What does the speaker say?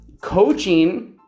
coaching